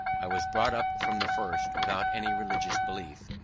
i was brought up from the first without any religious belief,